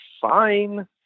fine